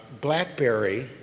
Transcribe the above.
BlackBerry